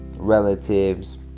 Relatives